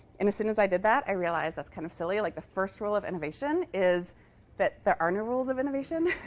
and as soon as i did that, i realized that's kind of silly. like the first rule of innovation is that there are no rules of innovation.